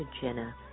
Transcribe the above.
Jenna